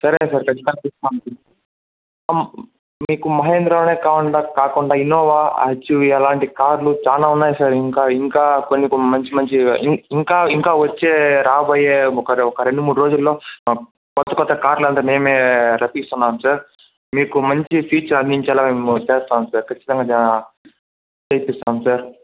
సరే సార్ కచ్చితంగా ఇస్తాం సార్ మీకు మహింద్రానే కావాలనే కాకుండా ఇన్నోవా హెచ్వీ అలాంటి కార్లు చాలా ఉన్నాయి సార్ ఇంకా ఇంకా కొన్ని కొన్ని మంచి మంచి ఇం ఇంకా ఇంకా వచ్చే రావబోయే ఒక ఒక రెండుమూడు రోజుల్లో కొత్తకొత్త కార్లన్నీ మేమే రప్పిస్తున్నాం సార్ మంచి ఫీచర్ అందించాలని మేము చేస్తాం సార్ కచ్చితంగా చే ఇప్పిస్తాం సార్